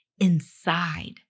inside